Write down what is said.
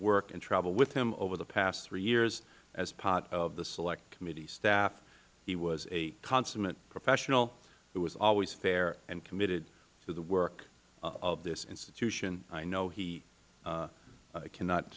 work and travel with him over the past three years as part of the select committee staff he was a consummate professional who was always fair and committed to the work of this institution i know that he cannot